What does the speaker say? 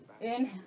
Inhale